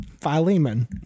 Philemon